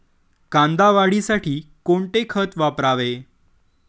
कांदा वाढीसाठी कोणते खत वापरावे?